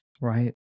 right